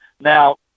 Now